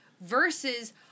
versus